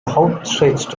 outstretched